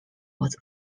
was